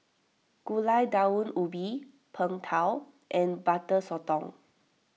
Gulai Daun Ubi Png Tao and Butter Sotong